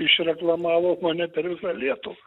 išreklamavo mane per visą lietuvą